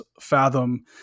fathom